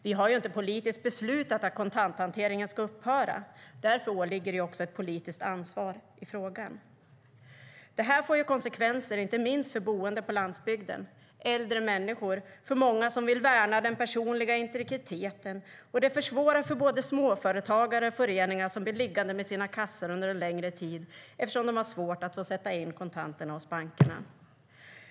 Vi har inte politiskt beslutat att kontanthanteringen ska upphöra, och därför föreligger ett politiskt ansvar i frågan. Det här får konsekvenser inte minst för boende på landsbygden, för äldre människor och för många som vill värna den personliga integriteten. Det försvårar också för både småföretagare och föreningar som blir sittande med sina kassor under en längre tid eftersom de har svårt att sätta in kontanterna hos bankerna.